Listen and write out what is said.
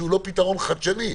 שהוא לא פתרון חדשני,